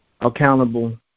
accountable